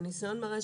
הניסיון מראה,